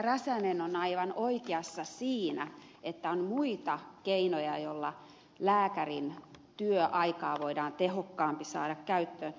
räsänen on aivan oikeassa siinä että on muita keinoja joilla lääkärin työaikaa voidaan tehokkaammin saada käyttöön